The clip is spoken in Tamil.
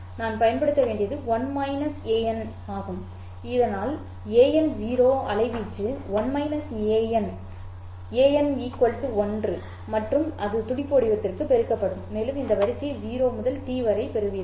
நான் பயன்படுத்த வேண்டியது 1 an ஒரு ஆகும் இதனால் ஒரு an 0 அலைவீச்சு 1 an ஒரு an 1 மற்றும் அது துடிப்பு வடிவத்திற்கு பெருக்கப்படும் மேலும் இந்த வரிசையை 0 முதல் t வரை பெறுவீர்கள்